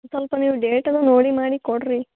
ಸ್ವಲ್ಪ ನೀವು ಡೇಟ್ ಅದು ನೋಡಿ ಮಾಡಿ ಕೊಡಿರಿ